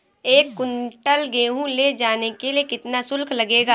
दस कुंटल गेहूँ ले जाने के लिए कितना शुल्क लगेगा?